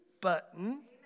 button